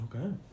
Okay